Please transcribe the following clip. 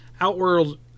Outworld